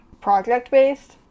project-based